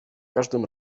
każdym